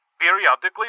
Periodically